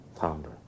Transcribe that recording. founder